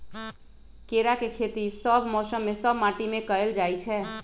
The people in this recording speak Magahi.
केराके खेती सभ मौसम में सभ माटि में कएल जाइ छै